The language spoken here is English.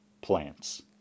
plants